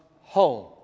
home